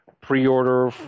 pre-order